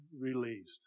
released